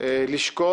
לשקול